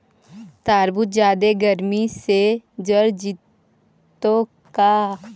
तारबुज जादे गर्मी से जर जितै का?